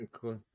cool